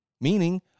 Meaning